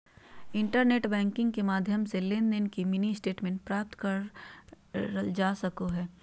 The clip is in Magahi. इंटरनेट बैंकिंग के माध्यम से लेनदेन के मिनी स्टेटमेंट प्राप्त करल जा सको हय